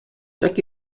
jaki